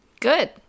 Good